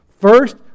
First